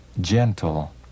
gentle